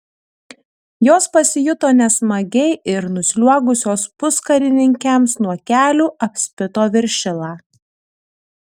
jos pasijuto nesmagiai ir nusliuogusios puskarininkiams nuo kelių apspito viršilą